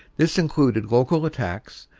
this included local attacks,